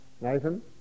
Nathan